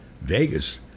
Vegas